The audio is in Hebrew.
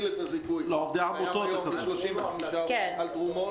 את הזיכוי זה קיים היום ל-35% על תרומות,